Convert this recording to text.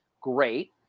Great